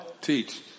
Teach